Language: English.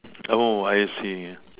oh I see